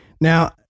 Now